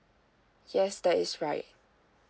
yes that is right